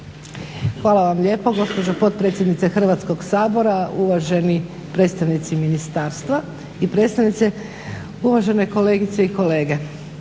Hvala vam lijepo gospođo potpredsjednice Hrvatskog sabora, uvaženi predstavnici ministarstva i predstavnice, uvažene kolegice i kolege.